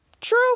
true